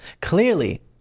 clearly